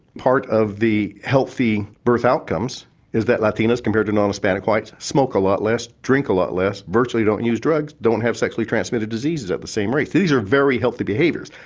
part of the healthy birth outcomes is that latinos compared to non-hispanic whites smoke a lot less, drink a lot less, virtually don't use drugs, don't have sexually transmitted diseases at the same rates. these are very healthy behaviours,